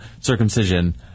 circumcision